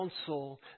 council